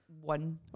one